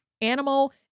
animal